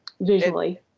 visually